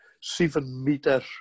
seven-meter